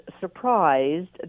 surprised